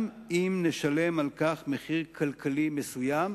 גם אם נשלם על כך מחיר כלכלי מסוים,